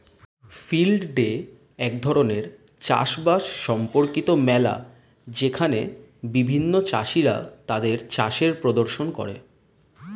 field day এক ধরণের চাষ বাস সম্পর্কিত মেলা যেখানে বিভিন্ন চাষীরা তাদের চাষের প্রদর্শন করে